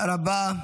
תודה רבה.